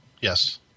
Yes